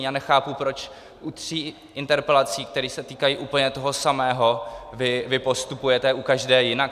Já nechápu, proč u tří interpelací, které se týkají úplně toho samého, vy postupujete u každé jinak.